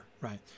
right